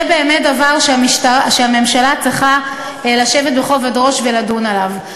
זה באמת דבר שהממשלה צריכה לשבת בכובד ראש ולדון עליו.